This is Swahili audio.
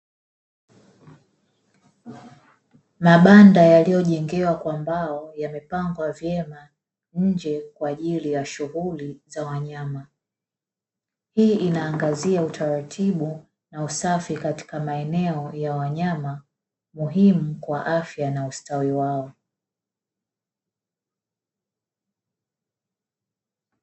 Mabanda yaliyojengewa kwa Mbao yamepangwa vyema nje kwa ajili ya shughuli za wanyama, hii inaangazia utaratibu na usafi katika maeneo ya wanyama muhimu kwa afya na ustawi wao.